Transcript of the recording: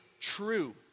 true